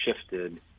shifted